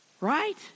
Right